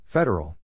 Federal